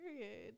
period